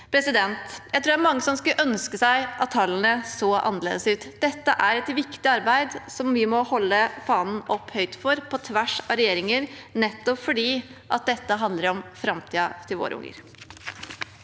arbeid. Jeg tror det er mange som skulle ønske seg at tallene så annerledes ut. Dette er et viktig arbeid som vi må holde fanen høyt for, på tvers av regjeringer, for det handler om framtiden til våre unger.